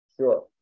Sure